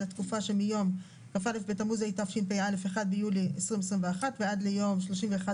התקופה שמיום כ"א בתמוז התשפ"א (1 ביולי 2021) ועד ליום כ"ז